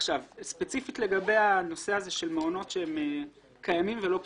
ספציפית לגבי הנושא הזה של מעונות קיימים ולא פתוחים.